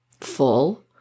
full